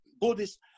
Buddhist